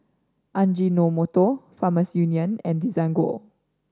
Ajinomoto Farmers Union and Desigual